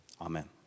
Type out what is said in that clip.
Amen